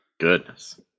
Goodness